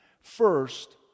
First